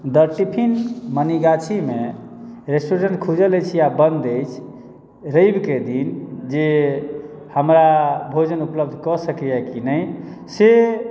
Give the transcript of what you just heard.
द tiffin मनीगाछीमे restaurant खुजल अछि या बन्द अछि रविकेँ दिन जे हमरा भोजन उपलब्ध कऽ सकैय कि नहि से